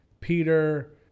Peter